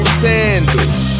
sandals